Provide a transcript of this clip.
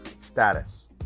status